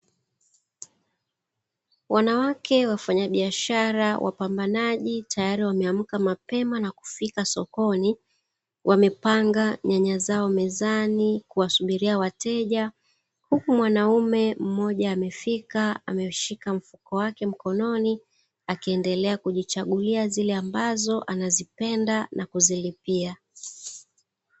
Wanawake wafanyabiashara wapambanaji, tayari wameamka mapema na kufika sokoni. Wamepanga nyanya zao mezani kuwasubiria wateja, huku mwanaume mmoja amefika; ameshika mfuko wake mkononi, akiendelea kujichagulia zile ambazo anazipenda na kuzilipia.